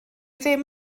ddim